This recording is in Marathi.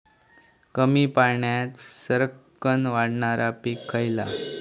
कमी पाण्यात सरक्कन वाढणारा पीक खयला?